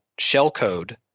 shellcode